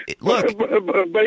Look